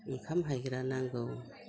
ओंखाम हायग्रा नांगौ